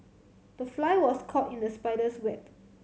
the fly was caught in the spider's web